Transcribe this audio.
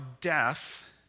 death